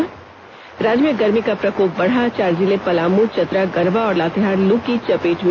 ने राज्य में गर्मी का प्रकोप बढ़ा चार जिले पलामू चतरा गढ़वा और लातेहार लू की चपेट में